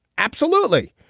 absolutely.